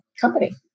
company